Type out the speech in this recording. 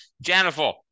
Jennifer